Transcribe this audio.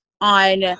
on